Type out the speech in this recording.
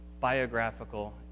biographical